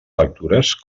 factures